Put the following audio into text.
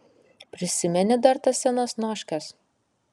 prisimeni dar tas senas noškes